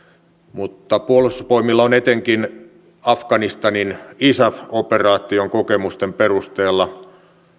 mutta puolustusvoimilla on etenkin afganistanin isaf operaation kokemusten perusteella